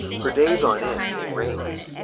for days on end it rains.